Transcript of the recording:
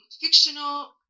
fictional